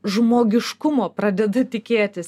žmogiškumo pradeda tikėtis